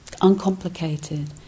uncomplicated